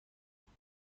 برای